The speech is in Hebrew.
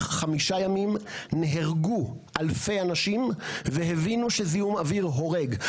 חמישה ימים נהרגו אלפי אנשים והבינו שזיהום אוויר הורג.